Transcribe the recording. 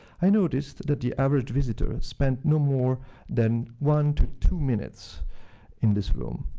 i noticed that the average visitor spent no more than one to two minutes in this room.